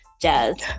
jazz